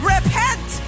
Repent